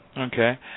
Okay